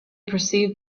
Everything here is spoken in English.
perceived